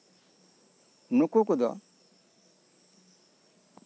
ᱱᱩᱠᱩ ᱠᱚᱫᱚ